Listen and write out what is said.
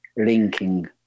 linking